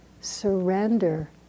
surrender